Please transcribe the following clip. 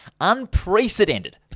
unprecedented